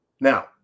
Now